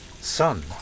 Son